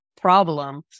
problem